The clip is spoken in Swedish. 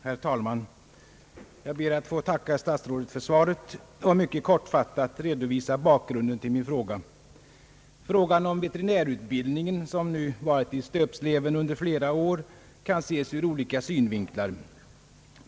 Herr talman! Jag ber att få tacka statsrådet för svaret och skall mycket kortfattat redovisa bakgrunden till min fråga. Frågan om =<:veterinärutbildningen, som nu varit i stöpsleven under flera år, kan ses ur olika synvinklar.